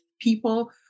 people